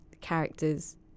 characters